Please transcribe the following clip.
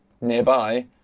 nearby